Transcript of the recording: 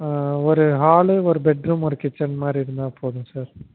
ஒரு ஹாலு ஒரு பெட்ரூமு ஒரு கிச்சன் மாதிரி இருந்தால் போதும் சார்